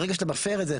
ברגע שאתה מפר את זה,